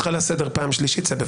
קורא אותך לסדר פעם שלישית.